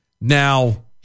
Now